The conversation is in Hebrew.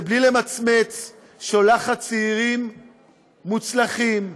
שבלי למצמץ שולחת צעירים מוצלחים,